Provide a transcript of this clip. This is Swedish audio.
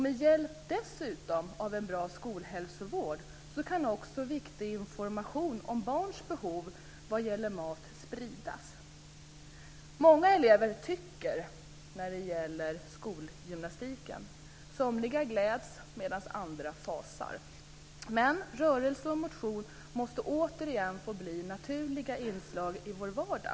Med hjälp dessutom av en bra skolhälsovård kan också viktig information om barns behov vad gäller mat spridas. Många elever tycker när det gäller skolgymnastiken, somliga gläds, medan andra fasar. Men rörelse och motion måste återigen få bli naturliga inslag i vår vardag.